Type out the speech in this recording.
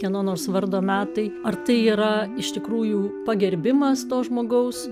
kieno nors vardo metai ar tai yra iš tikrųjų pagerbimas to žmogaus